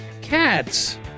cats